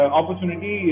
opportunity